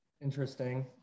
interesting